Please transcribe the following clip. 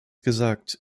gesagt